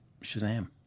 Shazam